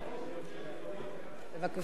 בבקשה, חברת הכנסת זוארץ, שלוש דקות.